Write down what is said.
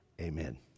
amen